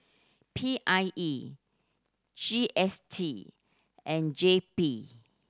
P I E G S T and J P